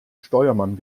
steuermann